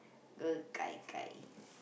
the gai-gai